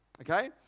Okay